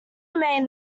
remain